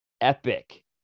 epic